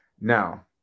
Now